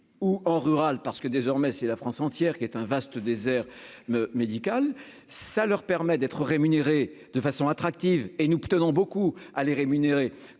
ou en rural parce que désormais, c'est la France entière, qui est un vaste désert me médical, ça leur permet d'être rémunérés de façon attractive et nous tenons beaucoup à les rémunérer